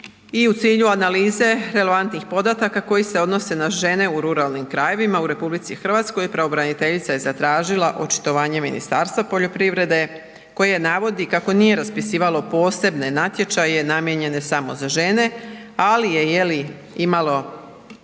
I u cilju analize relevantnih podataka koji se odnose na žene u ruralnim krajevima u RH pravobraniteljica je zatražila očitovanje Ministarstva poljoprivrede koje navodi kako nije raspisivalo posebne natječaje namijenjene samo za žene, ali je jeli